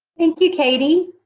thank you, katie.